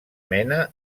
mena